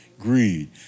greed